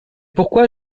pourquoi